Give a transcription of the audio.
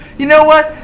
you know what?